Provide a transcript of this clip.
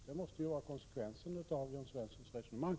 Det måste ju bli konsekvensen av Jörn Svenssons resonemang.